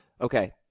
Okay